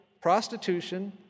prostitution